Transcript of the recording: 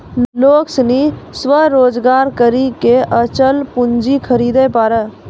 लोग सनी स्वरोजगार करी के अचल पूंजी खरीदे पारै